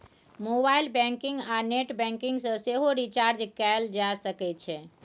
mobile banking आ net banking सँ सेहो रिचार्ज कएल जा सकै छै